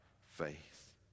faith